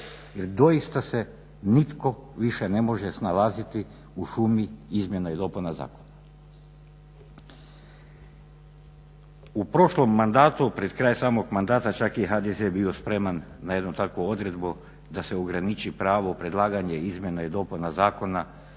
jer doista se nitko više ne može snalaziti u šumi izmjena i dopuna zakona. U prošlom mandatu, pred kraj samog mandata čak je i HDZ bio spreman na jednu takvu odredbu da se ograniči pravo predlaganja izmjena i dopuna zakona